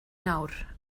nawr